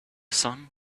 sun